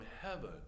heaven